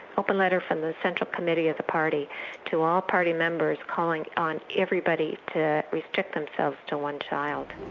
open letter from the central committee of the party to all party members, calling on everybody to restrict themselves to one child.